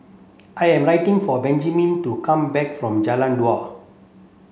I am waiting for Benjman to come back from Jalan Dua